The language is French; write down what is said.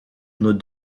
nos